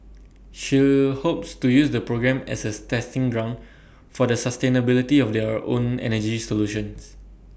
shell hopes to use the program as A testing ground for the sustainability of their own energy solutions